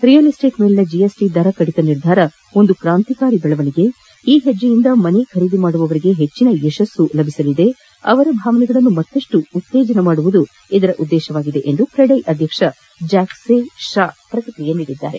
real estate ಮೇಲಿನ GST ದರ ಕಡಿತ ನಿರ್ಧಾರವು ಒಂದು ಕ್ರಾಂತಿಕಾರಿ ಬೆಳವಣಿಗೆಯಾಗಿದೆ ಈ ಹೆಜ್ಜೆಯಿಂದ ಮನೆ ಖರೀದಿದಾರರಿಗೆ ಹೆಜ್ಜನ ಯಶಸ್ಸು ಲಭಿಸಲಿದ್ದು ಅವರ ಭಾವನೆಗಳನ್ನು ಮತ್ತಪ್ಟು ಉತ್ತೇಜಿಸುವುದಾಗಿದೆ ಎಂದು ಕ್ರೆಡೈ ಅಧ್ಯಕ್ಷ ಜ್ಯಾಕ್ಸೆ ಪಾ ಪ್ರತಿಕ್ರಿಯಿಸಿದ್ದಾರೆ